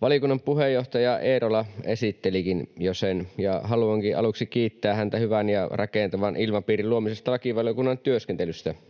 Valiokunnan puheenjohtaja Eerola esittelikin jo sen, ja haluankin aluksi kiittää häntä hyvän ja rakentavan ilmapiirin luomisesta lakivaliokunnan työskentelyssä. [Juho